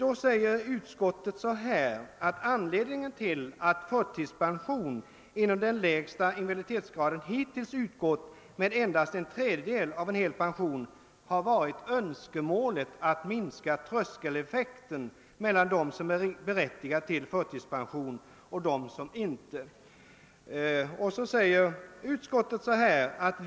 I detta avseende anför utskottet: »Anledningen till att förtidspension inom den lägsta invaliditetsgraden hittills utgått med endast en tredjedel av hel pension har varit önskemålet att minska tröskeleffekten mellan dem som är berättigade till förtidspension och dem som inte — trots en nedsättning av ar betsförmågan — har någon pension alls.